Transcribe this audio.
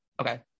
Okay